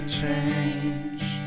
change